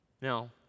Now